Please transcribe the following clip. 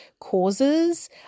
causes